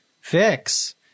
fix